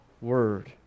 word